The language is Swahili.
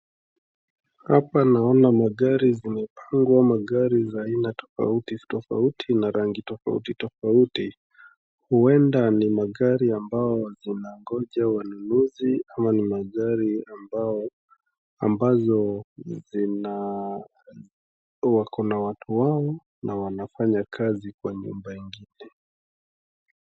Hapa naona magari zimepangwa, magari za aina tofauti tofauti na rangi tofauti tofauti. Huenda ni magari ambao zinangoja wanunuzi ama ni magari ambazo wakona watu wao na wanafanya kazi kwa nyumba ingine.